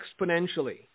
exponentially